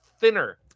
thinner